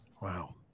Wow